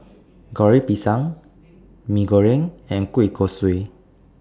Goreng Pisang Mee Goreng and Kueh Kosui